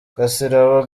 gasirabo